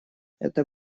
это